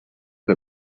que